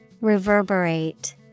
Reverberate